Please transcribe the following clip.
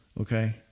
Okay